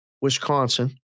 Wisconsin